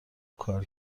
کار